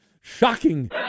Shocking